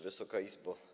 Wysoka Izbo!